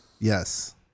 Yes